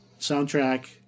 soundtrack